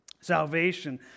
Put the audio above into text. salvation